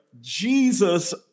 Jesus